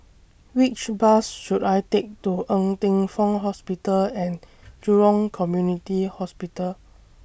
Which Bus should I Take to Ng Teng Fong Hospital and Jurong Community Hospital